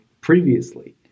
previously